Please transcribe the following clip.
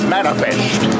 Manifest